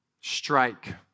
strike